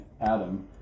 Adam